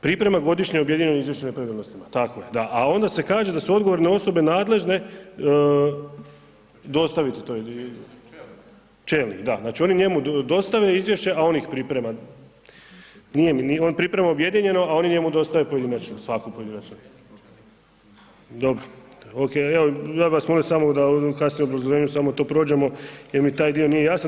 Priprema godišnje objedinjeno izvješće o nepravilnostima, tako je da, a onda se kaže da su odgovorne osobe nadležne dostaviti to… ... [[Upadica se ne čuje.]] Čelnik, da, znači oni njemu dostave izvješće a on ih priprema, nije mi, on priprema objedinjeno a oni njemu dostave pojedinačno, svako pojedinačno. ... [[Upadica se ne čuje.]] Dobro, OK, evo ja bih vas molio samo da kasnije u obrazloženju samo to prođemo jer mi taj dio nije jasan.